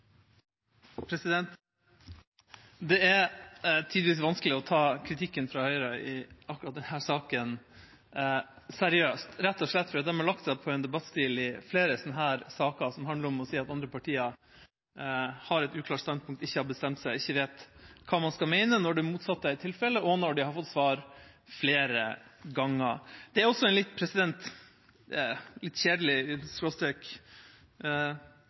tidvis vanskelig å ta kritikken fra Høyre i akkurat denne saken seriøst – rett og slett fordi de i flere sånne saker har lagt seg på en debattstil som handler om å si at andre partier har et uklart standpunkt, ikke har bestemt seg og ikke vet hva de skal mene, når det motsatte er tilfellet, og når de har fått svar flere ganger. Det er også en litt